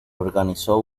organizó